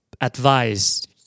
advice